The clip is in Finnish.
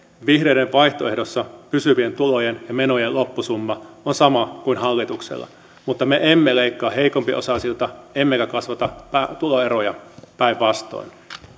vihreiden vaihtoehdossa pysyvien tulojen ja menojen loppusumma on sama kuin hallituksella mutta me emme leikkaa heikompiosaisilta emmekä kasvata tuloeroja päinvastoin